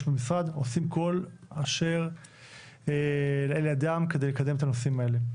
במשרד עושים כל אשר לאל ידם כדי לקדם את הנושאים האלה.